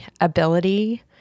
ability